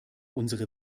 unsere